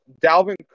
Dalvin